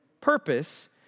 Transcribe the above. purpose